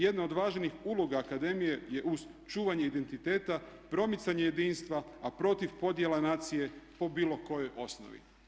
Jedna od važnih uloga akademije je uz čuvanje identiteta promicanje jedinstva, a protiv podjela nacije po bilo kojoj osnovi.